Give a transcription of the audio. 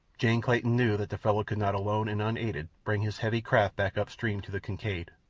jane clayton knew that the fellow could not alone and unaided bring his heavy craft back up-stream to the kincaid,